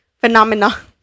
Phenomena